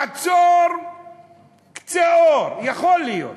לעצור קצה אור, יכול להיות.